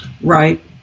right